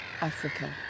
Africa